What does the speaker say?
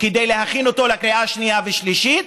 כדי להכין אותו לקריאה שנייה ושלישית.